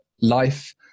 life